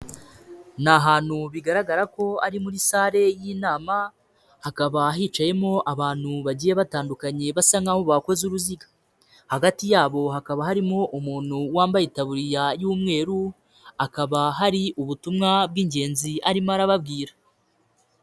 Ni ahantu bigaragara ko ari muri sale y'inama, hakaba hicayemo abantu bagiye batandukanye basa nk'aho bakoze uruziga. Hagati yabo hakaba harimo umuntu wambaye itaburiya y'umweru, akaba hari ubutumwa bw'ingenzi arimo arababwira.